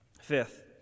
Fifth